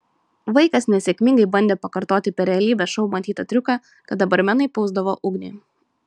vaikas nesėkmingai bandė pakartoti per realybės šou matytą triuką kada barmenai pūsdavo ugnį